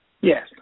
Yes